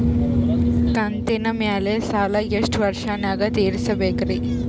ಕಂತಿನ ಮ್ಯಾಲ ಸಾಲಾ ಎಷ್ಟ ವರ್ಷ ನ್ಯಾಗ ತೀರಸ ಬೇಕ್ರಿ?